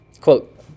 Quote